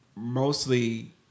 mostly